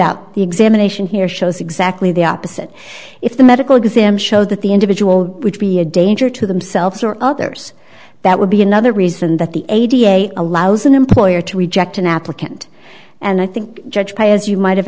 out the examination here shows exactly the opposite if the medical exam showed that the individual would be a danger to themselves or others that would be another reason that the a d a s allows an employer to reject an applicant and i think judge pay as you might have